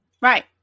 Right